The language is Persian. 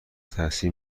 تاثیر